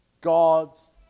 God's